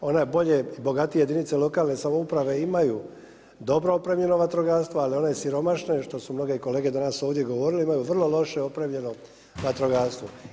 One bolje jedinice lokalne samouprave imaju dobro opremljeno vatrogastvo, ali one siromašne, što su mnoge kolege danas ovdje govorili imaju vrlo loše opremljeno vatrogastvo.